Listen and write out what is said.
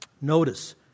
Notice